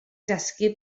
dysgu